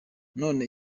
none